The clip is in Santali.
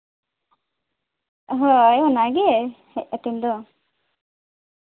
ᱦᱳᱭ ᱚᱱᱟᱜᱮ ᱦᱮᱡ ᱠᱟᱛᱮ ᱫᱚ